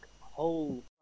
whole